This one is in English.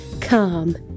calm